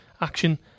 action